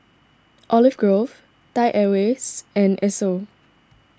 Olive Grove Thai Airways and Esso